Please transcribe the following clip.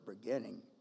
beginning